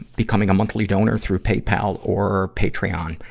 becoming a monthly donor through paypal or patreon.